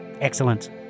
Excellent